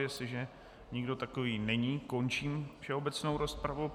Jestliže nikdo takový není, končím všeobecnou rozpravu.